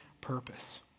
purpose